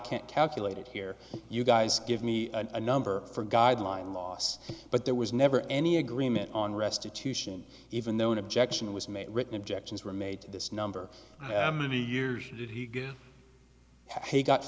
can't calculate it here you guys give me a number for guideline loss but there was never any agreement on restitution even though an objection was made written objections were made to this number many years did he